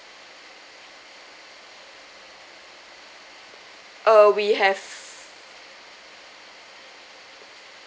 err we have